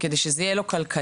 וכדי שזה יהיה לו כלכלי,